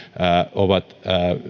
ovat